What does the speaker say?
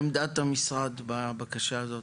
עמדת המשרד בבקשה הזאת.